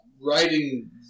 writing